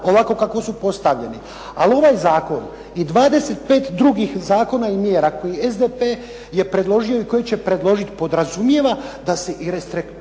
ovako kako su postavljeni. Ali ovaj zakon i 25 drugih zakona i mjera koje SDP je predložio i koji će predložit, podrazumijeva da se i restruktuira